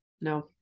No